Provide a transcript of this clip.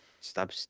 stop